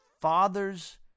father's